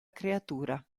creatura